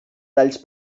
talls